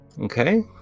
Okay